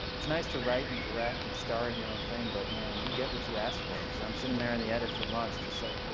it's nice to write and direct and star in your own thing. but man, you get what you ask for. cause i'm sitting there in the edit for months, just like, whew.